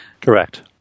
Correct